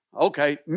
Okay